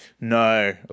No